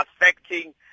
affecting